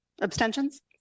Abstentions